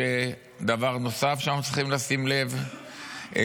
דבר נוסף שאנחנו צריכים לשים לב אליו כאן,